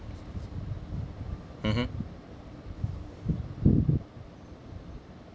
mmhmm